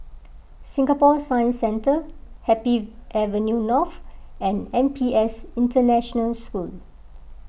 Singapore Science Centre Happy Avenue North and N P S International School